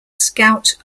scout